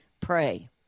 pray